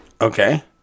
Okay